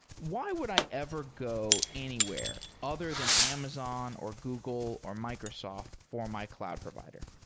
why would i ever go anywhere other than amazon, or google, or microsoft for my cloud provider?